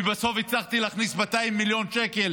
ובסוף הצלחתי להכניס 200 מיליון שקל